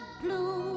blue